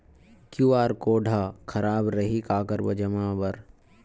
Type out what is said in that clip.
QR code हा खराब रही का करबो जमा बर?